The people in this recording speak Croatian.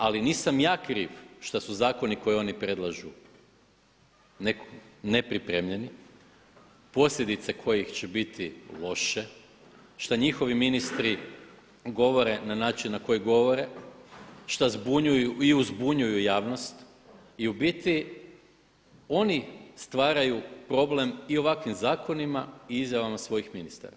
Ali nisam ja kriv što su zakoni koje oni predlažu nepripremljeni, posljedice kojih će biti loše, što njihovi ministri govore na način na koji govore, što zbunjuju i uzbunjuju javnost i u biti oni stvaraju problem i ovakvim zakonima i izjavama svojih ministara.